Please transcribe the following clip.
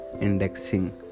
indexing